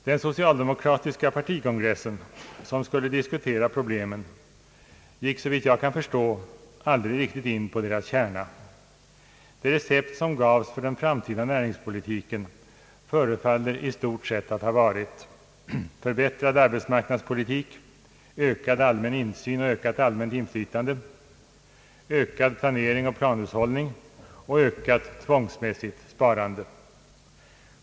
Den socialdemokratiska partikongressen, som skulle diskutera problemen, gick så vitt jag kan förstå aldrig riktigt in på deras kärna. Det recept som gavs för den framtida näringspolitiken förefaller i stort sett ha varit: förbättrad arbetsmarknadspolitik, ökad allmän insyn och ökat allmänt inflytande, ökad planering och planhushållning och ökat tvångsmässigt sparande.